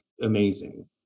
amazing